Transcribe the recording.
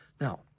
Now